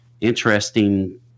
interesting